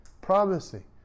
promising